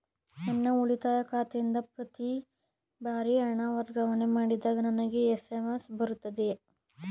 ನನ್ನ ಉಳಿತಾಯ ಖಾತೆಯಿಂದ ಪ್ರತಿ ಬಾರಿ ಹಣ ವರ್ಗಾವಣೆ ಮಾಡಿದಾಗ ನನಗೆ ಎಸ್.ಎಂ.ಎಸ್ ಬರುತ್ತದೆಯೇ?